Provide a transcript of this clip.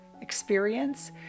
experience